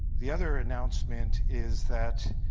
the other announcement, is that